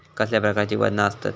कसल्या प्रकारची वजना आसतत?